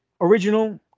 original